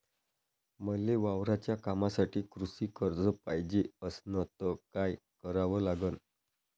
मले वावराच्या कामासाठी कृषी कर्ज पायजे असनं त काय कराव लागन?